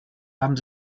haben